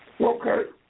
Okay